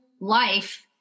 life